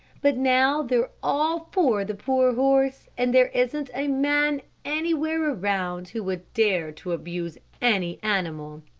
but now they're all for the poor horse and there isn't a man anywhere around who would dare to abuse any animal.